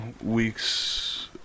weeks